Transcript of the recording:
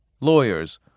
lawyers